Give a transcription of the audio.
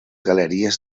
galeries